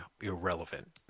irrelevant